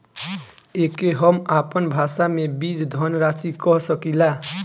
एके हम आपन भाषा मे बीज धनराशि कह सकीला